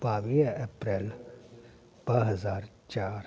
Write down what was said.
ॿावीह अप्रेल ॿ हज़ार चार